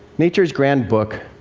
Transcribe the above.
nature's grand book,